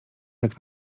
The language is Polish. jak